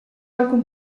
alcun